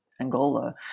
Angola